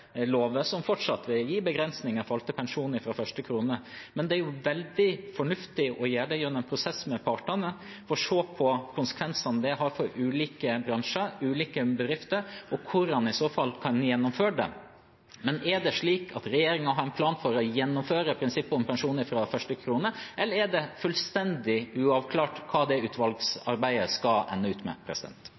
som fortsatt vil gi begrensninger for pensjon fra første krone. Men det er veldig fornuftig å gjøre det gjennom en prosess med partene og se på konsekvensene det har for ulike bransjer, ulike bedrifter, og hvor en i så fall kan gjennomføre det. Er det slik at regjeringen har en plan for å gjennomføre prinsippet om pensjon fra første krone, eller er det fullstendig uavklart hva det utvalgsarbeidet skal ende ut med?